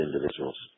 individuals